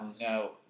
No